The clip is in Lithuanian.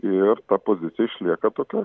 ir ta pozicija išlieka tokia